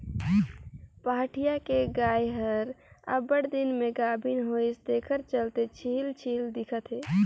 पहाटिया के गाय हर अब्बड़ दिन में गाभिन होइसे तेखर चलते छिहिल छिहिल दिखत हे